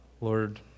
Lord